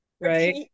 right